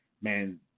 Man